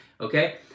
Okay